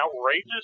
outrageous